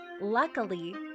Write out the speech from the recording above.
Luckily